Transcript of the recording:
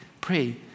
pray